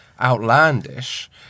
outlandish